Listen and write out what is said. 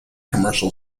commercial